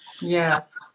Yes